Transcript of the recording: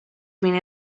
being